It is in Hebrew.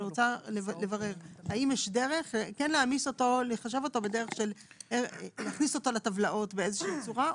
רוצה לברר כן להכניס אותו לטבלאות באיזושהי צורה.